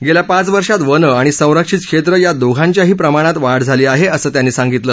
गेल्या पाच वर्षात वनं आणि संरक्षित क्षेत्र या दोघांच्याही प्रमाणात वाढ झाली आहे असं त्यांनी सांगितलं